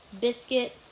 Biscuit